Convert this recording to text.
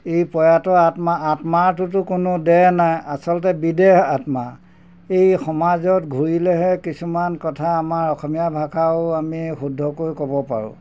এই প্ৰয়াত আত্মা আত্মাটোতো কোনো দেহ নাই আচলতে বিদেহ আত্মা এই সমাজত ঘূৰিলেহে কিছুমান কথা আমাৰ অসমীয়া ভাষাও আমি শুদ্ধকৈ ক'ব পাৰোঁ